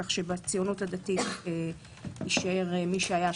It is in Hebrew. כך שבציונות הדתית יישאר מי שהיה,